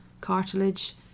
cartilage